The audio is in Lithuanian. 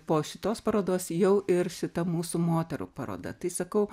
po šitos parodos jau ir šita mūsų moterų paroda tai sakau